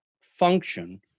function